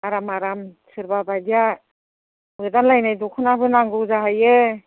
आराम आराम सोरबा बायदिया मोदान लायनाय दख'नाबो नांगौ जाहैयो